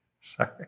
Sorry